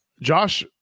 Josh